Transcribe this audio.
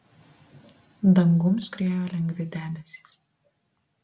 dangum skriejo lengvi debesys